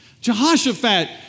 Jehoshaphat